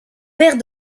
père